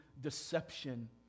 deception